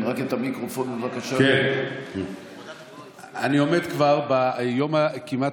אני עומד כבר ביום הכמעט,